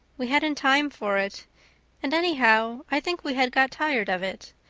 we hadn't time for it and anyhow i think we had got tired of it.